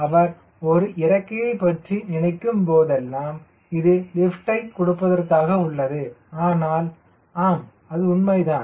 அவர் ஒரு இறக்கையை பற்றி நினைக்கும் போதெல்லாம் இது லிப்ட்யை கொடுப்பதற்காக உள்ளது ஆனால் ஆம் அது உண்மைதான்